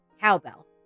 Cowbell